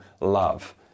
love